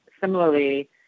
Similarly